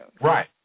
Right